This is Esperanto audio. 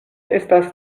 estas